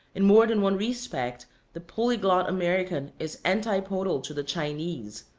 in more than one respect the polyglot american is antipodal to the chinese.